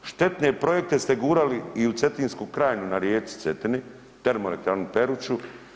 Štetne projekte ste gurali i u Cetinsku krajinu na rijeci Cetini, termoelektranu Peruču.